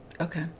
Okay